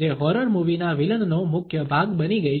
જે હોરર મૂવીના વિલન નો મુખ્ય ભાગ બની ગઈ છે